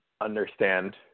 understand